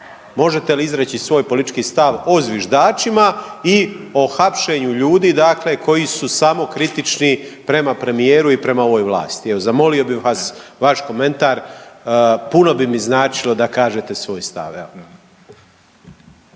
možete li izreći svoj politički stav o zviždačima i o hapšenju ljudi, dakle koji su samokritični prema premijeru i prema ovoj vlasti? Evo, zamolio bih vas vaš komentar, puno bi mi značilo da kažete svoj stav,